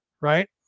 right